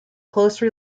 close